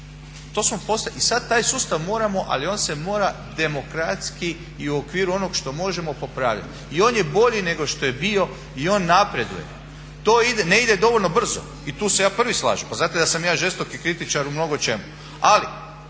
i sada taj sustav moramo, ali on se mora demokratski i u okviru onog što možemo popraviti. I on je bolji nego što je bio i on napreduje. To ne ide dovoljno brzo. I tu se ja prvi slažem. Pa znate da sam ja žestoki kritičar u mnogočemu.